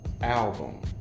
album